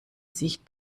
sich